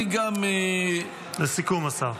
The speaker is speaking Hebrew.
אני גם --- לסיכום, השר.